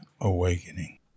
awakening